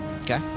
Okay